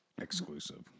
Exclusive